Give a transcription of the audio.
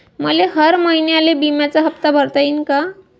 मले हर महिन्याले बिम्याचा हप्ता भरता येईन का?